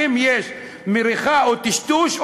האם יש מריחה או טשטוש,